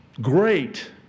Great